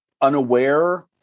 unaware